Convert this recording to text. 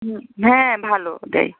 হুম হ্যাঁ ভালো দেয়